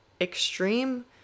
extreme